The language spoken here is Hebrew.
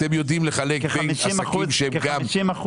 אתם יודעים לחלק בין עסקים שהם גם --- כ-50%